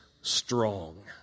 strong